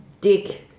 dick